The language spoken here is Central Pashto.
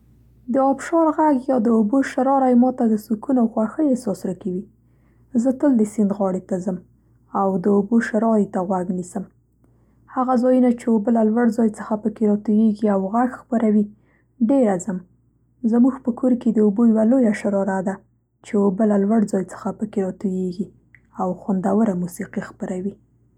د آبشار غږ یا د اوبو شراری ماته د سکون او خوښۍ احساس را کوي. زه تل د سیند غاړې ته ځم او د اوبو شراري ته غوږ نیسم. هغه ځایونه چې اوبه له لوړ ځای څخه په کې را تویېږي او غږ خپروي ډېره ځم. زموږ په کور کې د اوبو یوه لویه شراره ده چې اوبه له لوړ ځای څخه په کې را تویېږي او خوندوره موسیقي خپروي.